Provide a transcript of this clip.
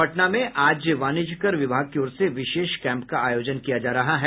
पटना में आज वाणिज्य कर विभाग की ओर से विशेष कैम्प का आयोजन किया जा रहा है